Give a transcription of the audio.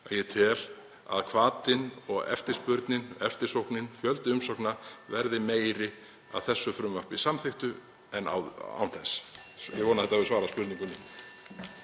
að ég tel að hvatinn og eftirspurnin, eftirsóknin fjöldi umsókna verði meiri að þessu frumvarpi samþykktu en án þess. Ég vona að ég hafi svarað spurningunni.